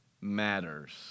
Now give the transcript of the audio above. matters